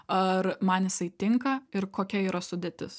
ar man jisai tinka ir kokia yra sudėtis